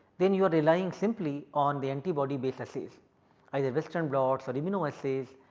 then you are relying simply on the antibody basis either western blots or immunoassays,